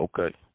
okay